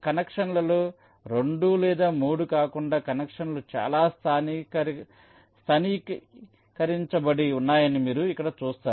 కనెక్షన్లలో 2 లేదా 3 కాకుండా కనెక్షన్లు చాలా స్థానికీకరించబడి ఉన్నాయని మీరు ఇక్కడ చూస్తారు